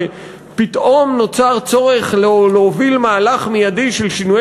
שפתאום נוצר צורך להוביל מהלך מיידי של שינויי